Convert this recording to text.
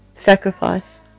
sacrifice